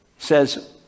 says